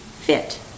fit